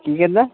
ਕੀ ਕਹਿੰਦਾ